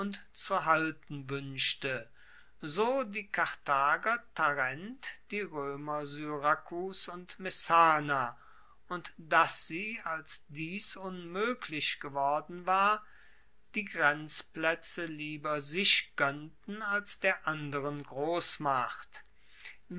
zu halten wuenschte so die karthager tarent die roemer syrakus und messana und dass sie als dies unmoeglich geworden war die grenzplaetze lieber sich goennten als der anderen grossmacht